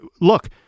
look